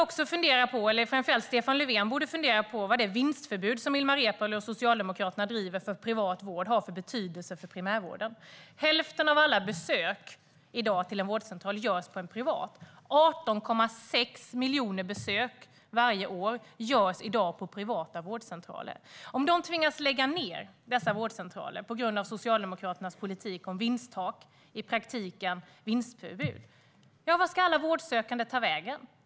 Vi - framför allt Stefan Löfven - borde också fundera på vad det vinstförbud som Ilmar Reepalu och Socialdemokraterna driver för privat vård har för betydelse för primärvården. I dag görs hälften av alla vårdcentralsbesök på en privat vårdcentral. 18,6 miljoner besök görs varje år på privata vårdcentraler. Om man tvingas lägga ned dessa vårdcentraler på grund av Socialdemokraternas politik i fråga om vinsttak, i praktiken vinstförbud, undrar jag: Vart ska alla vårdsökande ta vägen?